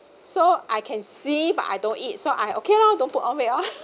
so I can see but I don't eat so I okay loh don't put all milk ah